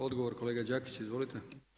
Odgovor kolega Đakić, izvolite.